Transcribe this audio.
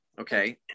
okay